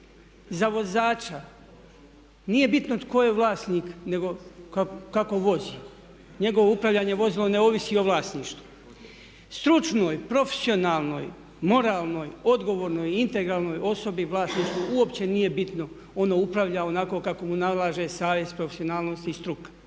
Za vozača nije bitno tko je vlasnik, nego kako vozi. Njegovo upravljanje vozilo ne ovisi o vlasništvu. Stručnoj, profesionalnoj, moralnoj, odgovornoj i integralnoj osobi vlasništvo uopće nije bitno. Ono upravlja onako kako mu nalaže savjest, profesionalnost i struka.